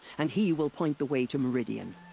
and he will point the way to meridian.